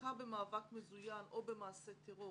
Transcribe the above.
תמיכה במאבק מזוין או במעשה טרור,